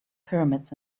pyramids